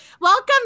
welcome